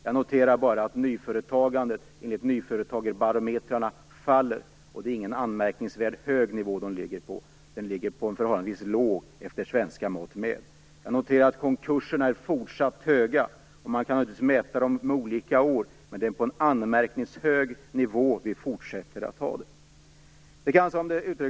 Jag noterar bara att nyföretagandet faller enligt nyföretagarbarometrarna, och det ligger inte på någon anmärkningsvärt hög nivå utan på en efter svenska mått mätt förhållandevis låg nivå. Jag noterar att antalet konkurser är fortsatt högt. Man kan naturligtvis mäta olika år, men vi fortsätter att ha en fortsatt hög nivå.